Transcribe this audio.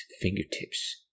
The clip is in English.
fingertips